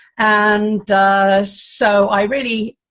and so i really,